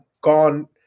gone